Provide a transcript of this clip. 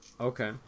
Okay